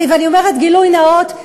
אני אומרת גילוי נאות,